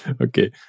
Okay